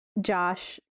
Josh